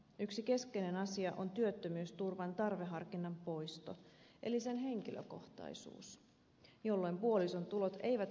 yksi keskeinen asia on työttömyysturvan tarveharkinnan poisto eli sen henkilökohtaisuus jolloin puolison tulot eivät vähennä peruspäivärahaa